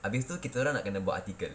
habis tu kita orang nak kena buat article